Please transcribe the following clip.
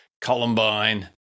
Columbine